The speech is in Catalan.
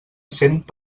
cent